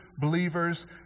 believers